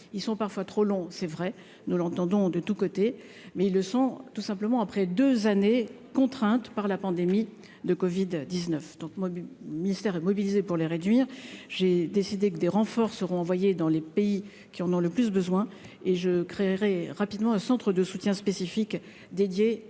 ils sont parfois trop long c'est vrai nous l'entendons, de tous côtés, mais ils sont tout simplement après 2 années, contrainte par la pandémie de Covid 19, donc moi mystère et mobilisé pour les réduire, j'ai décidé que des renforts seront envoyés dans les pays qui en ont le plus besoin et je créerai rapidement un centre de soutien spécifique dédié à ces